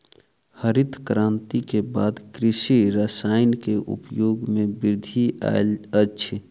हरित क्रांति के बाद कृषि रसायन के उपयोग मे वृद्धि आयल अछि